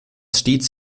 stets